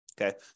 Okay